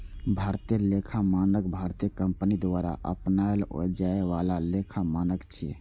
भारतीय लेखा मानक भारतीय कंपनी द्वारा अपनाओल जाए बला लेखा मानक छियै